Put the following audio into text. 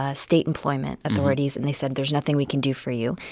ah state employment authorities, and they said there's nothing we can do for you